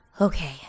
Okay